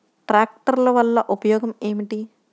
ట్రాక్టర్ల వల్ల ఉపయోగం ఏమిటీ?